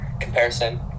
comparison